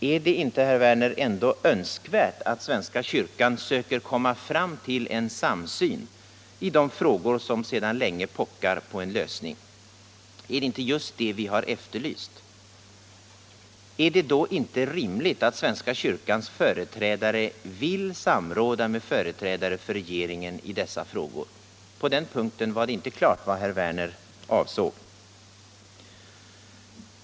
Är det inte, herr Werner, ändå önskvärt att svenska kyrkan söker komma fram till en samsyn i de frågor som sedan länge pockar på en lösning? Är det inte just detta vi har efterlyst? Är det då inte rimligt att svenska kyrkans företrädare vill samråda med företrädare för regeringen i dessa frågor? På den punkten var det inte klart vad herr Werner i Malmö avsåg.